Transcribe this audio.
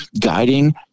guiding